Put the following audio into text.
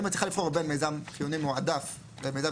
אם את צריכה לבחור בין מיזם חיוני מועדף למיזם